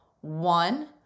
One